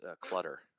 clutter